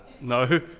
no